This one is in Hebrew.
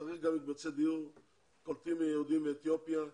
צריך מקבצי דיור שקולטים יהודים מאתיופיה,